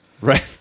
Right